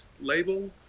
label